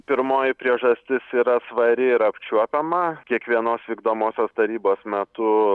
pirmoji priežastis yra svari ir apčiuopiama kiekvienos vykdomosios tarybos metu